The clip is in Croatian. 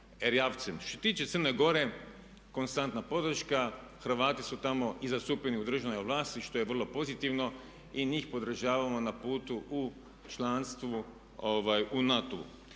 Što se tiče Crne Gore konstantna podrška, Hrvati su tamo i zastupljeni u državnoj vlasti što je vrlo pozitivno. I njih podržavamo na putu u članstvu u NATO-u.